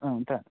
ఉంటాను